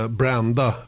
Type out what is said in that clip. brända